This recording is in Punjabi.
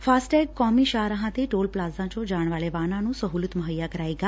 ਫਾਸਟੈਗ ਕੌਮੀ ਸ਼ਾਹਰਾਹਾਂ ਤੇ ਟੋਲ ਪਲਾਜ਼ਾ ਚੋਂ ਜਾਣ ਵਾਲੇ ਵਾਹਨਾਂ ਨੂੰ ਸਹੂਲਤ ਮੁੱਹਈਆ ਕਰਾਏਗਾ